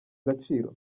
agaciro